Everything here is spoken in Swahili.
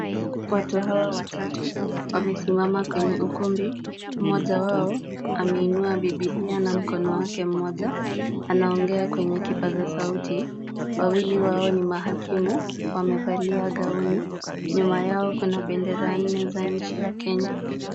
Watu hawa watatu wamesimama kwenye ukumbi. Mmoja wao ameinua bibilia na mkono wake mmoja, anaongea kwenye kipaza sauti. Wawili wao ni mahakimu, wamevalia gauni. Nyuma yao kuna bendera nne za nchi ya Kenya.